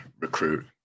recruit